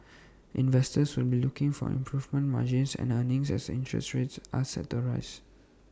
investors will be looking for improving margins and earnings as interest rates are set to rise